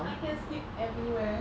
I can sleep everywhere